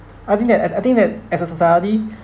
I think that I think that as a society